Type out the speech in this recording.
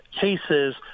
cases